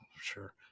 sure